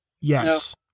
Yes